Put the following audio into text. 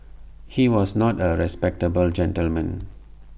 he was not A respectable gentleman